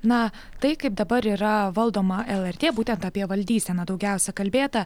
na tai kaip dabar yra valdoma lrt būtent apie valdyseną daugiausia kalbėta